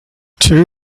two